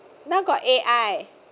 now got A_I